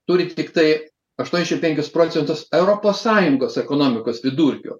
turi tiktai aštuoniasdešimt penkis procentus europos sąjungos ekonomikos vidurkio